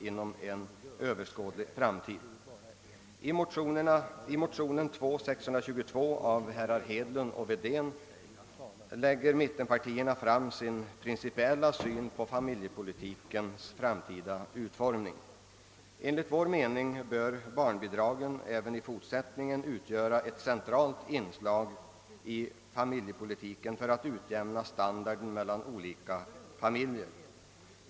I motionen II: 622 av herrar Hedlund och Wedén framläggs mittenpartiernas principiella syn på familjepolitikens framtida utformning. Enligt vår mening bör barnbidragen även i fortsättningen utgöra ett centralt inslag i familjepolitiken för att utjämna standarden mellan olika familjer.